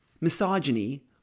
misogyny